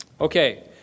Okay